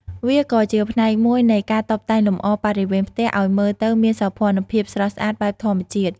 វាក៏ជាផ្នែកមួយនៃការតុបតែងលម្អបរិវេណផ្ទះឱ្យមើលទៅមានសោភ័ណភាពស្រស់ស្អាតបែបធម្មជាតិ។